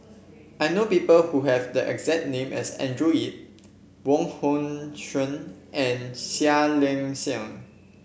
I know people who have the exact name as Andrew Yip Wong Hong Suen and Seah Liang Seah